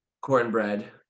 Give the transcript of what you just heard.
cornbread